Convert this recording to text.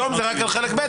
היום זה רק על חלק ב'.